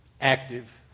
active